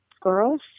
girls